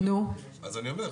אז אני אומר,